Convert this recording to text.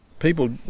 People